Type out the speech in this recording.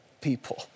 people